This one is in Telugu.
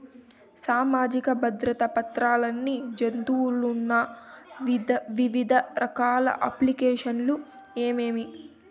సామాజిక భద్రత పథకాన్ని జరుపుతున్న వివిధ రకాల అప్లికేషన్లు ఏమేమి?